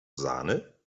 sahne